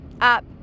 up